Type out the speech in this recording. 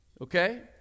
okay